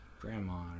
grandma